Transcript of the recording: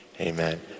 amen